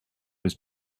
his